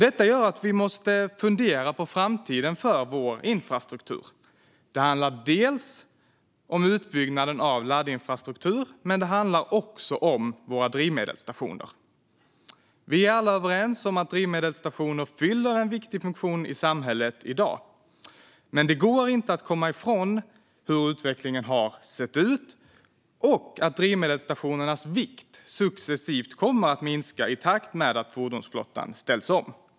Detta gör att vi måste fundera på framtiden för vår infrastruktur. Det handlar både om utbyggnaden av laddinfrastruktur och om våra drivmedelsstationer. Vi är alla överens om att drivmedelsstationer fyller en viktig funktion i samhället i dag, men det går inte att komma ifrån hur utvecklingen har sett ut och att drivmedelsstationernas vikt successivt kommer att minska i takt med att fordonsflottan ställs om.